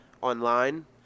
online